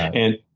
and.